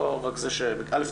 א.